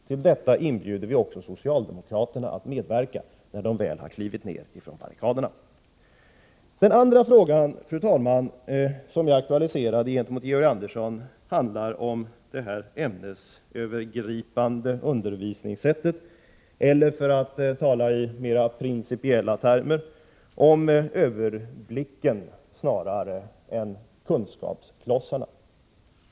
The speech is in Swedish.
Till detta inbjuder vi socialdemokraterna att medverka, när de väl har klivit ner ifrån barrikaderna. Fru talman! Den andra frågan, som jag aktualiserade i min replik till Georg Andersson, handlar om det ämnesövergripande undervisningssättet eller, för att tala i mera principiella termer, om överblicken snarare än om kunskapsklotsarna.